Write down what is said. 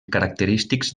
característics